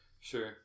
sure